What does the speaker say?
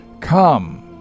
come